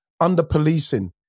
under-policing